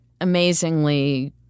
amazingly